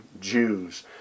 Jews